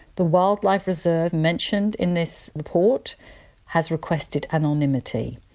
the wildlife reserve mentioned in this report has requested anonymity.